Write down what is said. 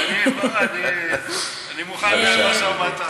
אני מוכן למשא-ומתן.